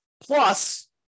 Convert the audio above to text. Plus